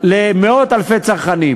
הצעות